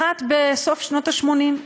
אחת, בסוף שנות השמונים,